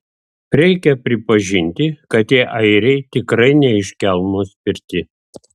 reikia pripažinti kad tie airiai tikrai ne iš kelmo spirti